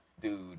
dude